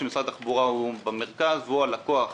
שמשרד התחבורה הוא במרכז והוא הלקוח.